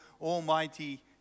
Almighty